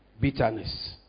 bitterness